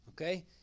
Okay